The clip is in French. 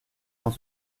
cent